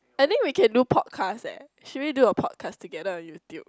I think we can do podcast eh should we do a podcast together on YouTube